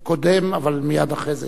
קודם, אבל מייד אחרי זה